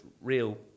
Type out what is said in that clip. real